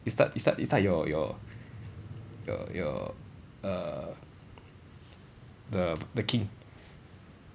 you start you start you start your your your your err the the king